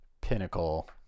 pinnacle